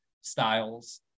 styles